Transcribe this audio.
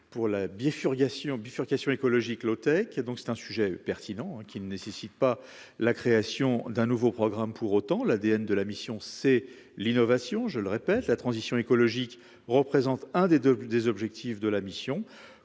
bifurcation écologique low-tech a donc c'est un sujet pertinent qui ne nécessitent pas la création d'un nouveau programme pour autant l'ADN de la mission, c'est l'innovation, je le répète, la transition écologique représente un des deux des objectifs de la mission